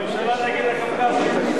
הממשלה נגד הקווקזים.